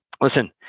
listen